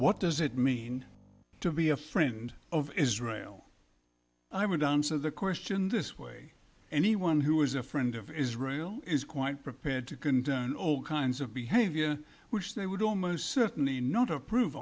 what does it mean to be a friend of israel i would answer the question this way anyone who is a friend of israel is quite prepared to can turn all kinds of behavior which they would almost certainly not approve